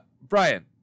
Brian